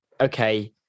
okay